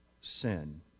sin